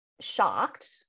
shocked